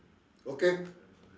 okay